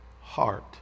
heart